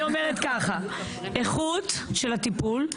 אני אומרת ככה: איכות של הטיפול.